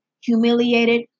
humiliated